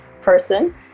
person